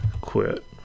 Quit